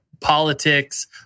politics